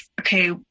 okay